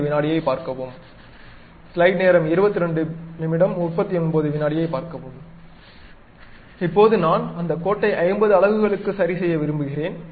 ஐப் பார்க்கவும் இப்போது நான் அந்த கோட்டை 50 அலகளுக்கு சரிசெய்ய விரும்புகிறேன்